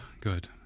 Good